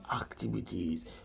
activities